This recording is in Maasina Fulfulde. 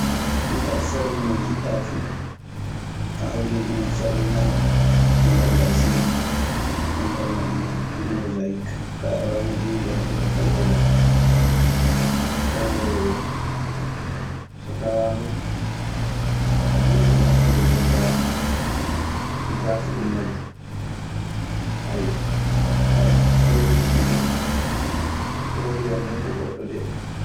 Ɗun kaa formu mo njiɗɗaa fuu, a hawrindinan formuŋaaji ɗi ngaldaa sii ɗii. Ndeen kaa moƴƴinaa mosayik. Kaa aɗe waawi moƴƴinirde hannde kaa fay telfoŋ. So tawaama a jiɗɗo moƴƴinde jonkaa jaafuɗun majjun, ayyo. So tawii ko tiiɗi du, tewtoyan nokku goɗɗo de.